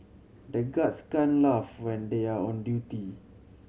the guards can't laugh when they are on duty